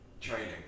training